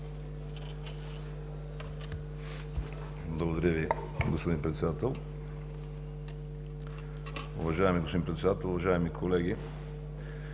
Уважаеми господин Председател, уважаеми колеги!